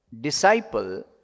disciple